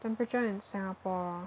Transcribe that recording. temperature in Singapore